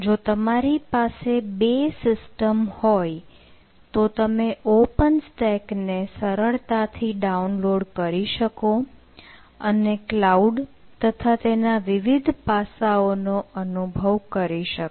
જો તમારી પાસે બે સિસ્ટમ હોય તો તમે આ ઓપન સ્ટેક ને સરળતાથી ડાઉનલોડ કરી શકો અને ક્લાઉડ તથા તેના વિવિધ પાસાઓ નો અનુભવ કરી શકો